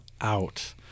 out